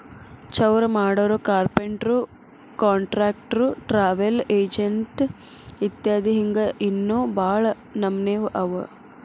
ಚೌರಾಮಾಡೊರು, carpenter, contractor, travel agent ಇತ್ಯದಿ ಹಿಂಗ್ ಇನ್ನೋ ಭಾಳ್ ನಮ್ನೇವ್ ಅವ